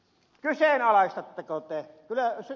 kyseenalaistatteko te ed